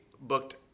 booked